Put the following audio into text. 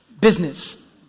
business